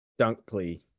Dunkley